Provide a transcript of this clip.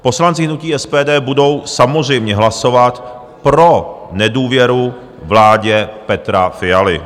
Poslanci hnutí SPD budou samozřejmě hlasovat pro nedůvěru vládě Petra Fialy.